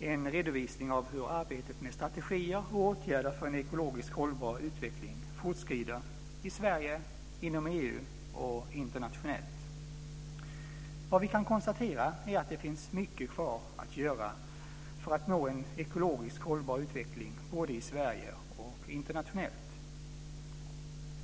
en redovisning av hur arbetet med strategier och åtgärder för en ekologiskt hållbar utveckling fortskrider i Sverige, inom EU och internationellt. Vad vi kan konstatera är att det finns mycket kvar att göra för att nå en ekologiskt hållbar utveckling både i Sverige och internationellt.